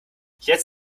jetzt